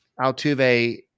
Altuve